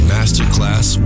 Masterclass